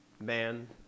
man